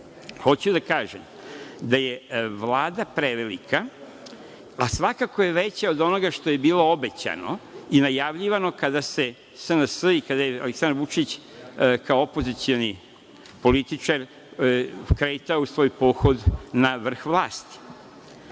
Hoću da kažem da je Vlada prevelika, a svakako je veća od onoga što je bilo obećano i najavljivano kada se SNS i kada je Aleksandar Vučić kao opozicioni političar kretao u svoj pohod na vrh vlasti. Naravno